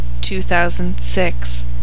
2006